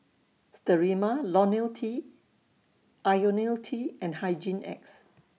Sterimar Lonil T Ionil T and Hygin X